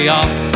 off